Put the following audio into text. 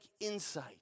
insight